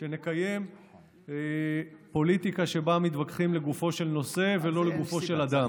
שנקיים פוליטיקה שבה מתווכחים לגופו של נושא ולא לגופו של אדם,